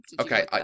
Okay